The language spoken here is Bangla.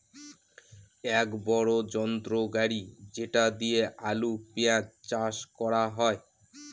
এক বড়ো যন্ত্র গাড়ি যেটা দিয়ে আলু, পেঁয়াজ চাষ করা হয়